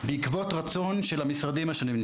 בעקבות רצון של המשרדים השונים.